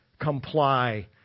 comply